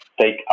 take